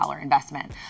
investment